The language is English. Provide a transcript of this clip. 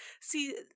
see